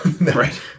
Right